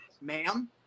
ma'am